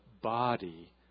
body